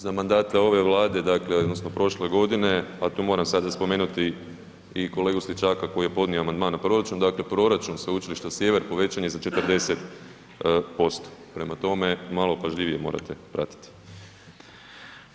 za mandata ove Vlade dakle odnosno prošle godine a tu moram sad spomenuti i kolegu Stručaka koji je podnio amandman na proračun, dakle proračun Sveučilišta Sjever povećan je za 40%. prema tome, malo pažljivije morate pratiti.